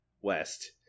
West